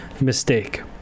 mistake